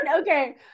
okay